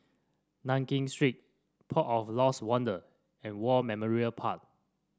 Nankin Street Port of Lost Wonder and War Memorial Park